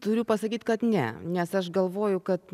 turiu pasakyt kad ne nes aš galvoju kad